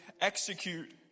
execute